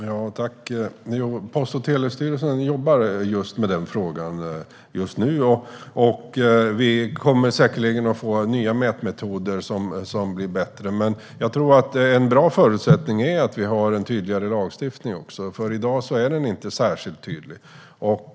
Herr talman! Post och telestyrelsen jobbar med den frågan just nu. Det kommer säkerligen nya och bättre mätmetoder. En bra förutsättning är en tydligare lagstiftning. I dag är den inte särskilt tydlig.